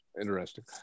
Interesting